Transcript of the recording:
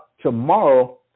tomorrow